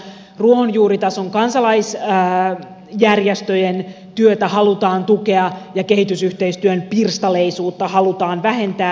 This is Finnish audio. ruohonjuuritason kansalaisjärjestöjen työtä halutaan tukea ja kehitysyhteistyön pirstaleisuutta halutaan vähentää